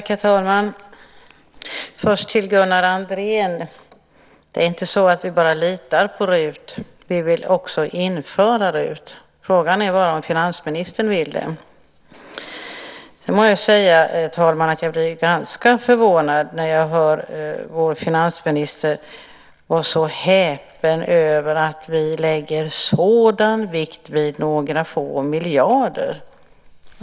Herr talman! Gunnar Andrén! Det är inte bara så att vi litar på RUT, utan vi vill också införa RUT - detta med hushållsnära tjänster. Frågan är bara om finansministern vill det. Jag må säga, herr talman, att jag blir ganska förvånad när jag hör vår finansminister vara så häpen över att vi lägger sådan vikt vid några få miljarder.